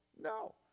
No